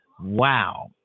Wow